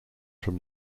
from